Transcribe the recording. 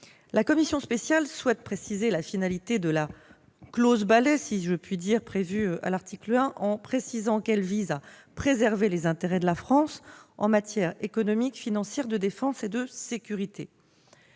La commission spéciale souhaite préciser la finalité de la clause balai, prévue à l'article 1, en précisant qu'elle vise à « préserver les intérêts de la France en matière économique, financière, de défense et de sécurité